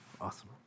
Awesome